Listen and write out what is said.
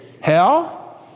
hell